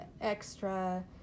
extra